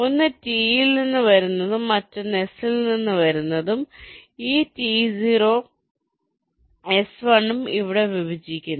ഒന്ന് T ൽ നിന്ന് വരുന്നതും മറ്റൊന്ന് S ൽ നിന്ന് വരുന്നതും ഈ T0 ഉം S1 ഉം ഇവിടെ വിഭജിക്കുന്നു